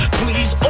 please